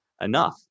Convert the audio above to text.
enough